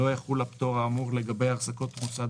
לא יחול הפטור האמור לגבי החזקות מוסד